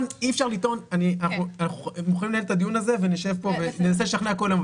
אנחנו מוכנים לנהל את הדיון הזה ונשב פה וננסה לשכנע כל היום,